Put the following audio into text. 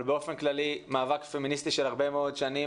אבל באופן כללי מאבק פמיניסטי של הרבה מאוד שנים.